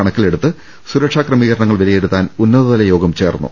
കണക്കിലെടുത്ത് സുരക്ഷാക്രമീകരണങ്ങൾ വിലയിരുത്താൻ ഉന്നതതല യോഗം ചേർന്നു